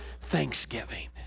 Thanksgiving